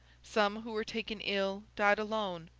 some who were taken ill, died alone,